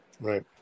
right